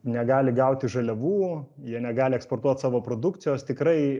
negali gauti žaliavų jie negali eksportuot savo produkcijos tikrai